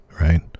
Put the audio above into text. right